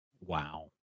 Wow